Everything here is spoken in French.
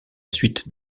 suite